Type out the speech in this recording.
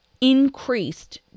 increased